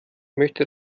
möchte